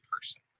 person